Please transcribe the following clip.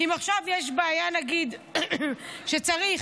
אם עכשיו נגיד שצריך,